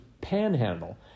panhandle